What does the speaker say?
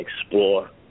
explore